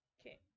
okay